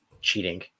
cheating